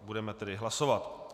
Budeme tedy hlasovat.